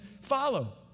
follow